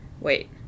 Wait